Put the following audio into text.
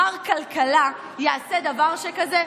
מר כלכלה, יעשה דבר שכזה?